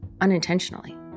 unintentionally